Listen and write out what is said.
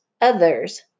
Others